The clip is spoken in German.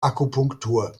akupunktur